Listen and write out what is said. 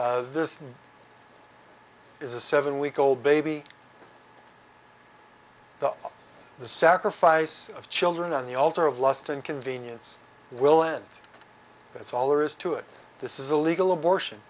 this is a seven week old baby the the sacrifice of children on the altar of lust and convenience will and that's all there is to it this is a legal abortion